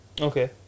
Okay